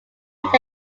lake